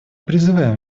призываем